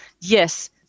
yes